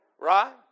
Right